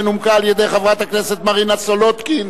שנומקה על-ידי חברת הכנסת מרינה סולודקין,